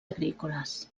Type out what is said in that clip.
agrícoles